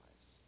lives